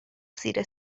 زیر